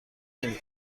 نمی